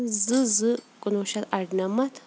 زٕ زٕ کُنوُہ شیٚتھ اَرنَمَتھ